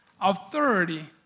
authority